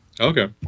Okay